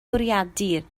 bwriadu